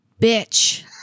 bitch